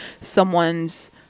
someone's